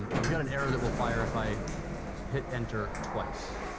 we've got an error that will fire if i hit enter twice.